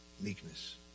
meekness